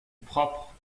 propre